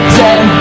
dead